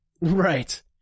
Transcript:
Right